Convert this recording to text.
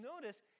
notice